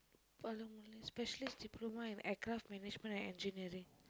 specialist diploma in aircraft management and engineering